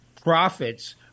profits